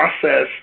process